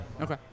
Okay